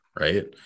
right